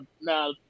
now